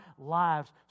lives